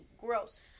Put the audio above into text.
Gross